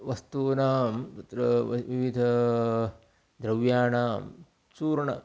वस्तूनां तत्र विविधानां द्रव्याणां चूर्णं